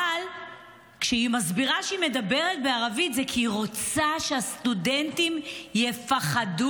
אבל כשהיא מסבירה שהיא מדברת בערבית זה כי היא רוצה שהסטודנטים יפחדו,